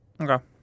Okay